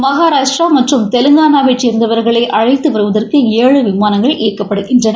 மகாராஷ்டரா மற்றும் தெலங்கானாவை சேர்ந்தவர்களை அழைத்து வருவதற்காக ஏழு விமானங்கள் இயக்கப்படுகின்றன